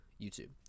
youtube